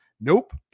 Nope